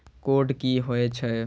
Code की होय छै?